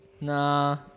Nah